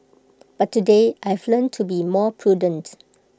but today I've learnt to be more prudent